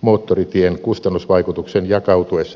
moottoritien kustannusvaikutuksen jakautuessa pitkälle ajalle